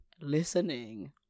listening